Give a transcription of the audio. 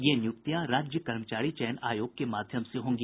ये नियुक्तियां राज्य कर्मचारी चयन आयोग के माध्यम से होंगी